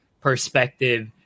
perspective